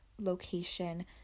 location